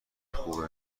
خوبه